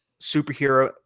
superhero